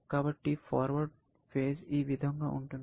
కాబట్టి ఫార్వర్డ్ పైన ఈ విధంగా ఉంటుంది